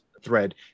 thread